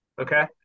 okay